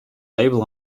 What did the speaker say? label